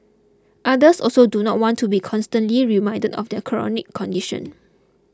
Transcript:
others also do not want to be constantly reminded of their chronic condition